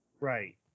Right